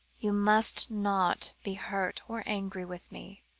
you must not be hurt or angry with me,